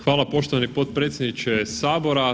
Hvala poštovani potpredsjedniče Sabora.